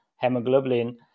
hemoglobin